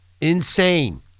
Insane